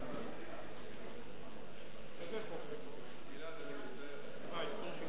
אדוני היושב-ראש,